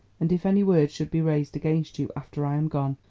and if any word should be raised against you after i am gone,